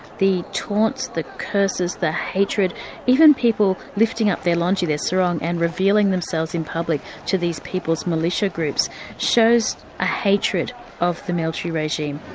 the taunts, the curses, the hatred even people lifting up their lungi, their sarong, and revealing themselves in public to these people's militia groups shows a hatred of the military regime.